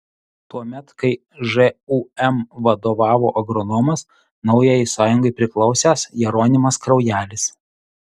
tuomet kai žūm vadovavo agronomas naujajai sąjungai priklausęs jeronimas kraujelis